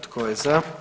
Tko je za?